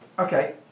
Okay